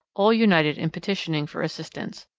all united in petitioning for assistance.